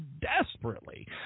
desperately